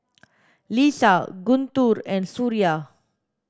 Lisa Guntur and Suria